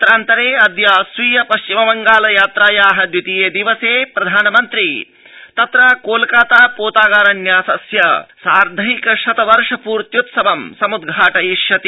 अत्रान्तरे अद्य स्वीय पश्चिम बंगाल यात्रायाः द्वितीये दिवसे प्रधानमन्त्री तत्र कोलकाता पोतागार न्यासस्य साधैंक शत वर्ष पूर्त्युत्सवं समुद्घाटयिष्यति